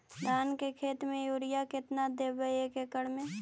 धान के खेत में युरिया केतना देबै एक एकड़ में?